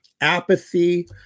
apathy